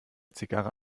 zigarre